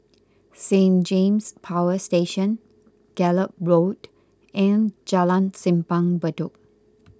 Saint James Power Station Gallop Road and Jalan Simpang Bedok